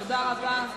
תודה רבה.